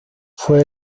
fue